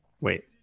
wait